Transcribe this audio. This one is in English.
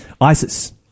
ISIS